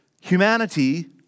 humanity